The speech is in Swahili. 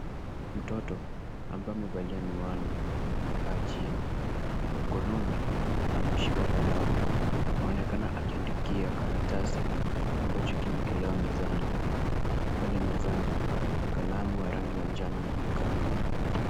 Mtoto ambaye amevalia miwani amekaa chini. Mkononi ameushika kalamu. Anaonekana akiandikia karatasi ambacho kimeekelewa mezani. Pale mezani, Kalamu ya rangi ya njano unaonekana.